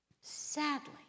Sadly